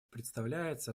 представляется